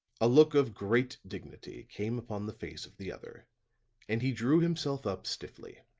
a look of great dignity came upon the face of the other and he drew himself up stiffly.